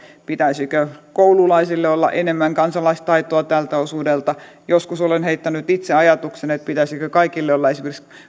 pitäisikö koululaisille olla enemmän kansalaistaitoa tältä osuudelta joskus olen heittänyt itse ajatuksen että pitäisikö kaikille olla esimerkiksi